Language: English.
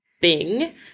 Bing